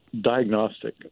diagnostic